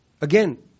Again